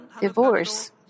divorce